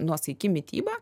nuosaiki mityba